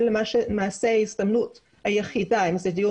זאת למעשה ההזדמנות היחידה אם זה דיון